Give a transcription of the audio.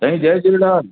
साईं जय झूलेलाल